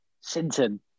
Sinton